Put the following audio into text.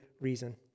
reason